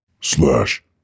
Slash